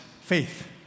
Faith